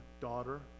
daughter